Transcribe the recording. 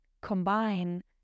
combine